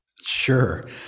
Sure